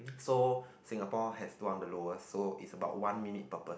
so Singapore has one of the lowest so it's about one minute per person